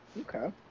Okay